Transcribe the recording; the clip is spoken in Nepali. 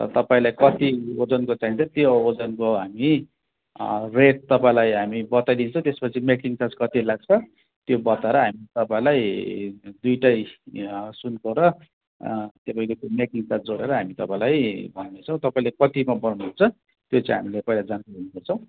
र तपाईँलाई कति ओजनको चाहिन्छ त्यो ओजनको हामी रेट तपाईँलाई हामी बताइदिन्छौँ त्यसपछि मेकिङ चार्ज कति लाग्छ त्यो बताएर हामी तपाईँलाई दुइटै सुनको र तपाईँको त्यो मेकिङ चार्ज जोडेर हामी तपाईँलाई भन्नेछौँ तपाईँले कतिमा बनाउनु हुन्छ त्यो चाहिँ हामीले पहिला जानकारी लिनेछौँ